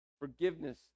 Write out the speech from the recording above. Forgiveness